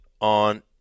on